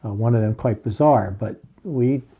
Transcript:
ah one of them quite bizarre, but we,